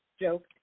joke